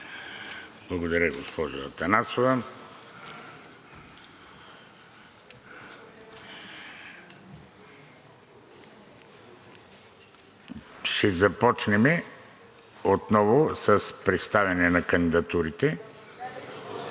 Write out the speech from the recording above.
Благодаря, госпожо Атанасова. Ще започнем отново с представяне на кандидатурите. (Реплики